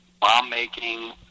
bomb-making